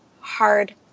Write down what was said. hard